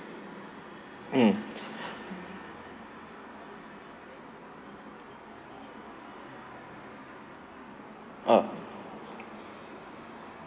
mm err